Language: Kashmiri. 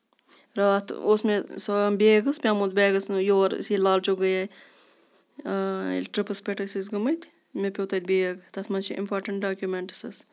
راتھ اوس مےٚ بیگ حظ پیومُت یور یِتُھے لاچوک گٔیے ییٚلہِ ٹرپس پٮ۪ٹھ ٲسۍ أسۍ گٔمٕتۍ مےٚ پیوو تَتہِ بیگ تَتھ منٛز چھِ امپارٹنٹ ڈاکمینٹٕس